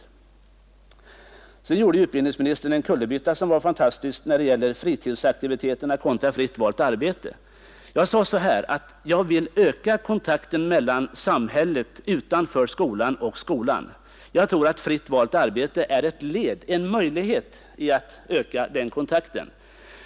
Vidare gjorde utbildningsministern en kullerbytta som var fantastisk vad beträffar fritidsaktiviteter kontra fritt valt arbete. Jag sade att jag vill öka kontakten mellan samhället utanför skolan och skolan. Jag tror att fritt valt arbete ger en möjlighet att öka den kontakten.